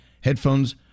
headphones